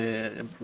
לה